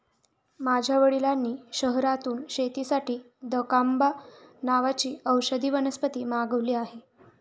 माझ्या वडिलांनी शहरातून शेतीसाठी दकांबा नावाची औषधी वनस्पती मागवली आहे